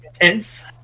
tense